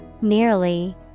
Nearly